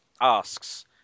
asks